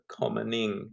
commoning